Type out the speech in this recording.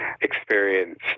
experience